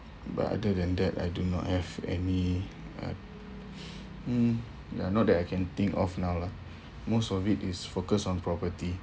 but other than that I do not have any uh mm not that I can think of now lah most of it is focused on property